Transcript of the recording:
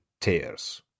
tears